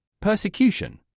persecution